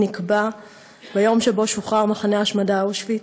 נקבע ביום שבו שוחרר מחנה ההשמדה אושוויץ,